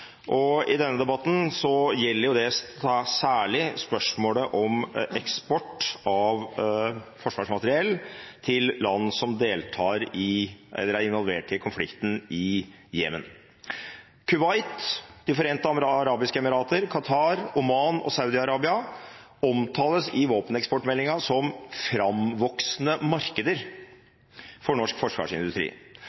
fulgt. I denne debatten gjelder det særlig spørsmålet om eksport av forsvarsmateriell til land som er involvert i konflikten i Jemen. Kuwait, De forente arabiske emirater, Qatar, Oman og Saudi-Arabia omtales i våpeneksportmeldingen som framvoksende markeder